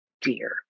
dear